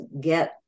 get